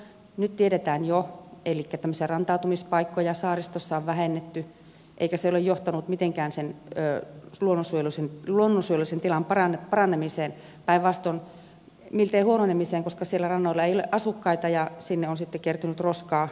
nyt tiedetään jo että tämmöisiä rantautumispaikkoja saaristossa on vähennetty eikä se ole johtanut mitenkään sen luonnonsuojelullisen tilan paranemiseen päinvastoin miltei huononemiseen koska siellä rannoilla ei ole asukkaita ja sinne on sitten kertynyt roskaa muun muassa